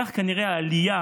כך כנראה העלייה